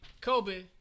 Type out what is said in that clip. Kobe